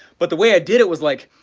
but the way i did it was like,